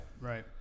Right